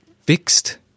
fixed